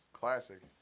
classic